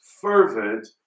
fervent